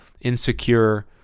insecure